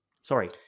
Sorry